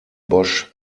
bosch